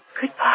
Goodbye